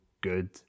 good